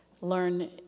learn